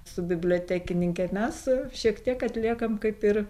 su bibliotekininke mes šiek tiek atliekam kaip ir